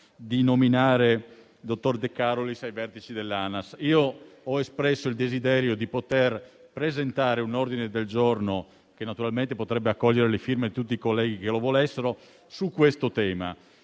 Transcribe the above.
grazie a tutte